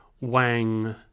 wang